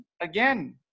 again